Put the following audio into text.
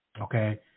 okay